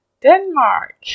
Denmark